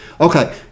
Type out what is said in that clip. Okay